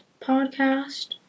podcast